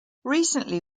recently